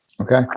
Okay